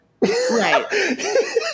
right